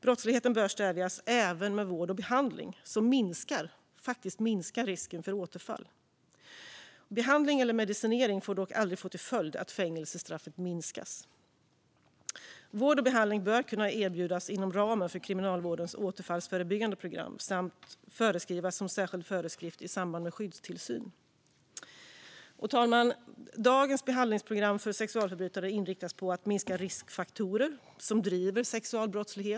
Brottsligheten bör stävjas även med vård och behandling, som faktiskt minskar risken för återfall. Behandling eller medicinering får dock aldrig få till följd att fängelsestraffet minskas. Vård och behandling bör kunna erbjudas inom ramen för kriminalvårdens återfallsförebyggande program samt föreskrivas som särskild föreskrift i samband med skyddstillsyn. Herr talman! Dagens behandlingsprogram för sexualförbrytare inriktas på att minska riskfaktorer som driver sexualbrottslighet.